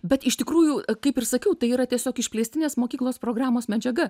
bet iš tikrųjų kaip ir sakiau tai yra tiesiog išplėstinės mokyklos programos medžiaga